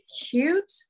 cute